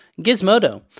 Gizmodo